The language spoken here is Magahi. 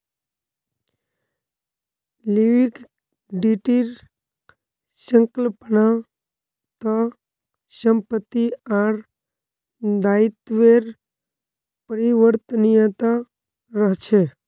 लिक्विडिटीर संकल्पना त संपत्ति आर दायित्वेर परिवर्तनीयता रहछे